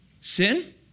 Sin